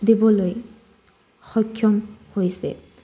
দিবলৈ সক্ষম হৈছে